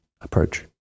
approach